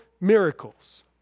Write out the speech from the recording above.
miracles